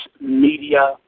media